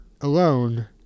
alone